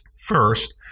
First